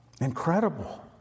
Incredible